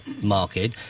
market